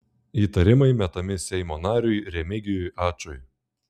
įtarimai metami seimo nariui remigijui ačui